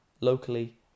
locally